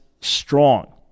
strong